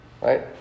Right